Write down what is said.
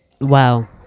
Wow